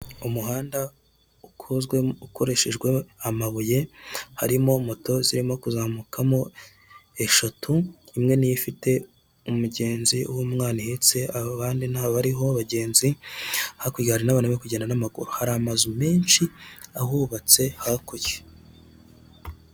Umuhanda ukozwemo ukoreshejweho amabuye harimo moto zirimo kuzamukamo eshatu, imwe niyo ifite umugenzi w'umwana uhetse abandi ntabariho abagenzi hakurya hari n'abantu bari kugenda n'amaguru, hari amazu menshi ahubatse hakurya.